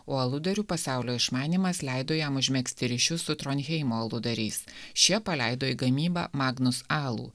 o aludarių pasaulio išmanymas leido jam užmegzti ryšius su tronheimo aludariais šie paleido į gamybą magnus alų